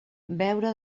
beure